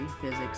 physics